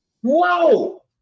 whoa